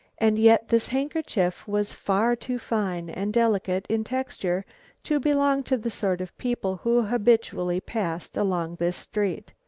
and yet this handkerchief was far too fine and delicate in texture to belong to the sort of people who habitually passed along this street.